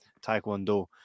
Taekwondo